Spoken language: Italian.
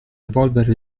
evolvere